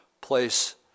place